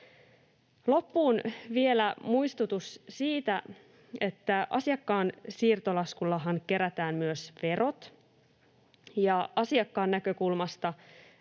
Loppuun vielä muistutus siitä, että asiakkaan siirtolaskullahan kerätään myös verot. Asiakasta